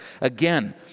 again